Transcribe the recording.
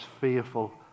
fearful